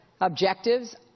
objectives